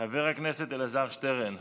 חבר הכנסת אלעזר שטרן,